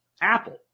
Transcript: Apple